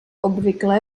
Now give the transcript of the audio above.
obvykle